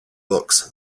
books